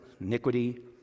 iniquity